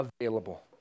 available